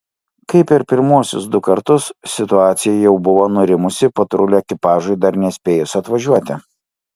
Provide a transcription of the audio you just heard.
kaip ir pirmuosius du kartus situacija jau buvo nurimusi patrulių ekipažui dar nespėjus atvažiuoti